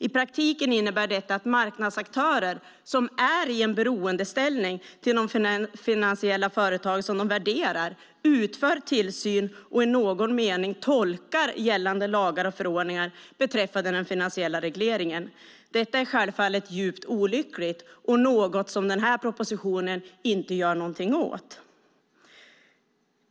I praktiken innebär det att marknadsaktörer som står i beroendeställning till de finansiella företag de värderar utför tillsyn och i någon mening tolkar gällande lagar och förordningar beträffande den finansiella regleringen. Detta är självfallet djupt olyckligt och något som denna proposition inte gör något åt.